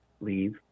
leave